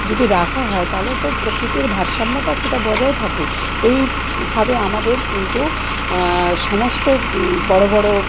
যদি রাখা হয় তাহলে তো প্রকৃতির ভারসাম্যটা সেটা বজায় থাকে এইভাবে আমাদের কিন্তু সমস্ত বড় বড়